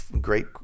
great